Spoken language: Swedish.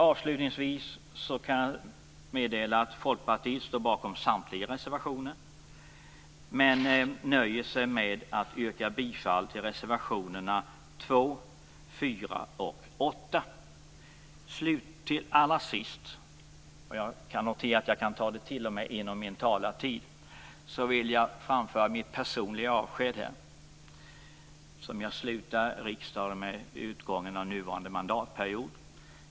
Avslutningsvis kan jag meddela att Folkpartiet står bakom samtliga reservationer men nöjer sig med att yrka bifall till reservationerna 2, 4 Allra sist - jag noterar att jag t.o.m. kan ta det inom min talartid - vill jag framföra mitt personliga avsked, eftersom jag slutar i riksdagen med utgången av nuvarande mandatperiod.